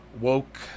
woke